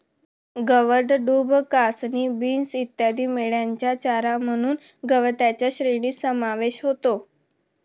गवत, डूब, कासनी, बीन्स इत्यादी मेंढ्यांचा चारा म्हणून गवताच्या श्रेणीत समावेश होतो